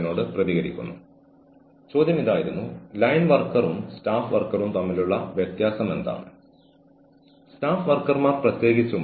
കൂടാതെ എല്ലാവർക്കും ഇല്ലെങ്കിലും മിക്ക പങ്കാളികൾക്കും സ്വീകാര്യമായ ഒരു പരിഹാരത്തിലേക്ക് നിങ്ങൾ രണ്ടുപേർക്കും എത്തിച്ചേരാനാകും